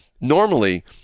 normally